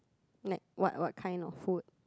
like what what kind of food